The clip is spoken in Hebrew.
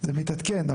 זה מתעדכן.